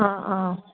অ অ